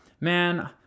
man